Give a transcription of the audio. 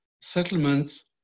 settlements